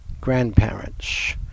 grandparents